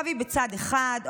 עכשיו היא בצד אחד,